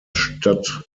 stadt